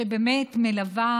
שבאמת מלווה,